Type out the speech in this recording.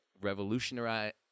revolutionary